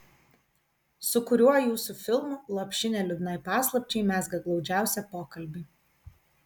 su kuriuo jūsų filmu lopšinė liūdnai paslapčiai mezga glaudžiausią pokalbį